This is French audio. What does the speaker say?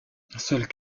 seuls